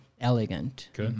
elegant